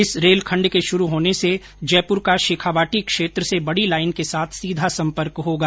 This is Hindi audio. इस रेल खण्ड के शुरू होने से जयपुर का शेखावाटी क्षेत्र से बडी लाईन के साथ सीधा सम्पर्क होगा